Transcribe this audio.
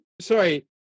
sorry